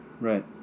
Right